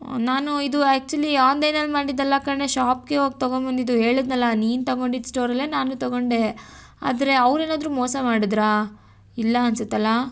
ನಾನು ಇದು ಆ್ಯಕ್ಚುಲಿ ಆನ್ಲೈನಲ್ಲಿ ಮಾಡಿದ್ಧಲ್ಲ ಕಣೇ ಶಾಪಿಗೆ ಹೋಗಿ ತಗೊಂಬಂದಿದ್ದು ಹೇಳಿದ್ನಲ್ಲ ನೀನು ತಗೊಂಡಿದ್ದ ಸ್ಟೋರಲ್ಲೇ ನಾನು ತಗೊಂಡೆ ಆದರೆ ಅವರೇನಾದ್ರು ಮೋಸ ಮಾಡಿದ್ರಾ ಇಲ್ಲ ಅನಿಸುತ್ತಲ್ಲಾ